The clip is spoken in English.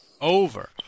Over